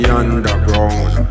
underground